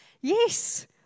Yes